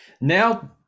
Now